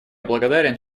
благодарен